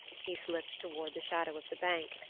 he slipped toward the shadow of the bank.